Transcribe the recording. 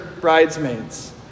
bridesmaids